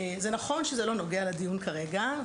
זה נכון שזה לא נוגע לדיון כרגע,